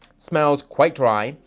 smells quite dry.